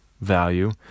value